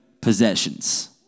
possessions